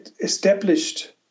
established